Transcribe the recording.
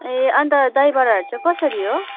ए अन्त दहीबडाहरू चाहिँ कसरी हो